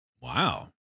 Wow